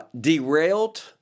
derailed